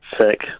sick